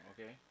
okay